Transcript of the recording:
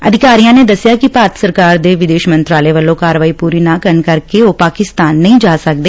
ਅਧਿਕਾਰੀਆਂ ਨੇ ਦੱਸਿਆ ਕਿ ਭਾਰਤ ਸਰਕਾਰ ਦੇ ਵਿਦੇਸ਼ ਮੰਤਰਾਲੇ ਵੱਲੋਂ ਕਾਰਵਾਈ ਪੂਰੀ ਨਾ ਕਰਨ ਕਰਕੇ ਉਹ ਪਾਕਿਸਤਾਨ ਨਹੀ ਜਾ ਸਕਦੇ